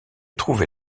trouver